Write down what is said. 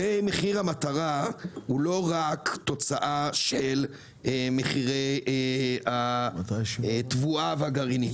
הרי מחיר המטרה הוא לא רק תוצאה של מחירי התבואה והגרעינים.